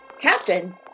Captain